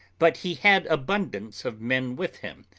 but he had abundance of men with him,